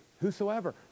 Whosoever